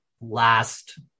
last